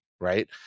right